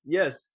yes